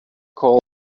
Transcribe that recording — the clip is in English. cold